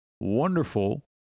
wonderful